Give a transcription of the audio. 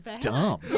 dumb